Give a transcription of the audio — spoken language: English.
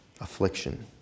affliction